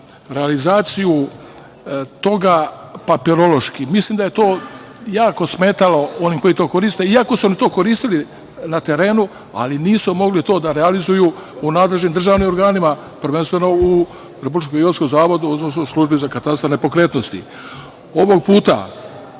realizaciju toga papirološki. Mislim da je to jako smetalo onima koji to koriste, iako su oni to koristili na terenu, nisu mogli to da realizuju u nadležnim državnim organima, prvenstveno u Republičkom geodetskom zavodu, odnosno u službi za katastar nepokretnosti. Ovog puta